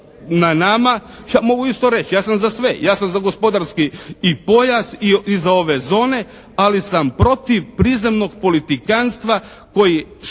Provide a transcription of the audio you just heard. na nama ja mogu isto reći ja sam za sve, ja sam za gospodarski i pojas i za ove zone, ali sam protiv prizemnog politikanstva koji šteti